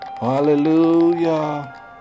Hallelujah